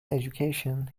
education